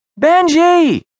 Benji